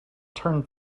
turned